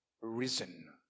risen